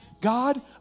God